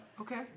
Okay